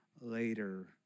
later